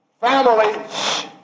families